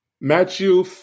Matthew